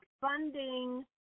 funding